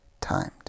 timed